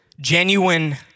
Genuine